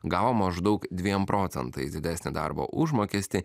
gavo maždaug dviem procentais didesnį darbo užmokestį